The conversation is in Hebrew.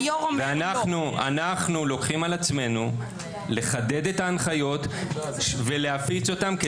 אנחנו לוקחים על עצמנו לחדד את ההנחיות ולהפיץ אותן,